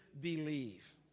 believe